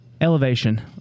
Elevation